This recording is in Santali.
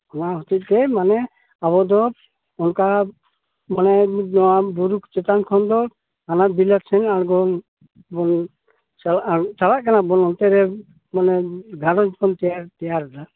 ᱚᱱᱟ ᱦᱚᱛᱮᱫᱛᱮ ᱢᱟᱱᱮ ᱟᱵᱚ ᱫᱚ ᱚᱱᱠᱟ ᱢᱟᱱᱮ ᱱᱚᱣᱟ ᱵᱩᱨᱩ ᱠᱚ ᱪᱮᱛᱟᱱ ᱠᱷᱚᱱ ᱫᱚ ᱦᱟᱱᱟ ᱵᱤᱞᱟᱹᱛ ᱥᱮᱱ ᱟᱬᱜᱚᱢ ᱵᱚᱱ ᱪᱟᱞᱟᱜᱼᱟ ᱪᱟᱞᱟᱜ ᱠᱟᱱᱟ ᱵᱚᱱ ᱚᱱᱛᱮ ᱨᱮ ᱢᱟᱱᱮ ᱜᱷᱟᱸᱨᱚᱡᱽ ᱵᱚᱱ ᱛᱮᱭᱟᱨ ᱮᱫᱟ